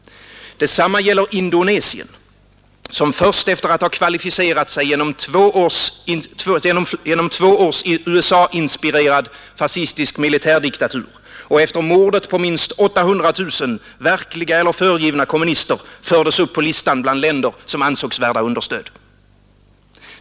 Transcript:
Detsamma gäller Indonesien, som först efter att ha kvalificerat sig genom två års USA-inspirerad fascistisk militärdiktatur och efter mordet på minst 800 000 verkliga eller föregivna kommunister fördes upp på listan bland länder som ansågs värda understöd.